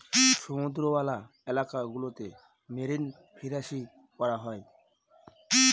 সমুদ্রওয়ালা এলাকা গুলোতে মেরিন ফিসারী করা হয়